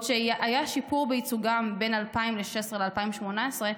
שהיה שיפור בייצוגם בין 2016 ל-2018,